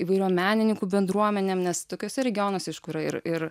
įvairiom menininkų bendruomenėm nes tokiuose regionuose aišku yra ir ir